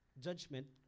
judgment